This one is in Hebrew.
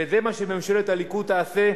וזה מה שממשלת הליכוד תעשה.